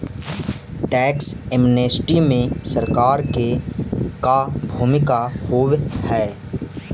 tax amnesty में सरकार के का भूमिका होव हई